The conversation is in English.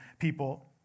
people